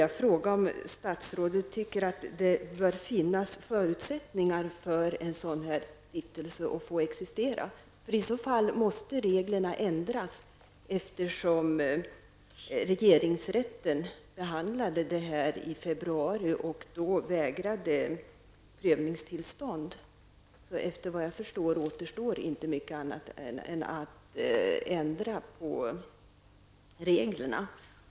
Anser statsrådet att det bör finnas förutsättningar för att en sådan här stiftelse skall kunna existera? I så fall måste reglerna ändras. Regeringsrätten behandlade frågan i februari och vägrade då prövningstillstånd. Efter vad jag förstår återstår inte mycket annat än att ändra på reglerna.